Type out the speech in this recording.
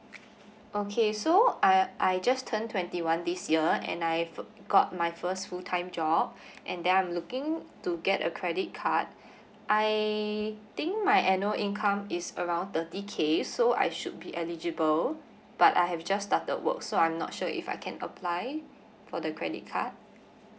okay so I I just turned twenty one this year and I forgot my first full time job and then I'm looking to get a credit card I think my annual income is around thirty k so I should be eligible but I have just started work so I'm not sure if I can apply for the credit card